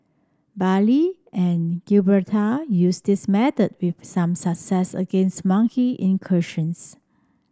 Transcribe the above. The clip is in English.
Bali and Gibraltar used this method with some success against monkey incursions